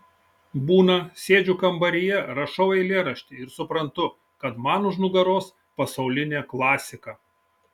būna sėdžiu kambaryje rašau eilėraštį ir suprantu kad man už nugaros pasaulinė klasika